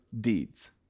deeds